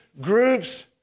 groups